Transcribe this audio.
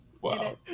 wow